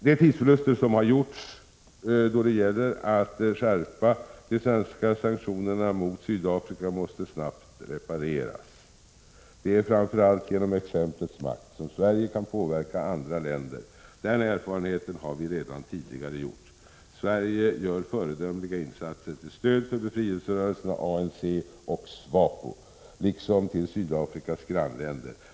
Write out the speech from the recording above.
De tidsförluster som har gjorts då det gäller att skärpa de svenska sanktionerna mot Sydafrika måste snabbt tas igen. Det är framför allt genom exemplets makt som Sverige kan påverka andra länder. Den erfarenheten har vi redan tidigare gjort. Sverige gör föredömliga insatser till stöd för befrielserörelserna ANC och SWAPO liksom för Sydafrikas grannländer.